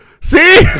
See